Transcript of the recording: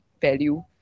value